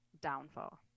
downfall